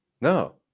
no